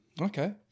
Okay